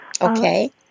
Okay